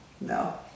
no